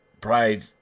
Pride